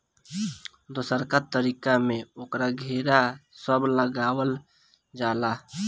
दोसरका तरीका में ओकर घेरा सब लगावल जाला